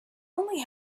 only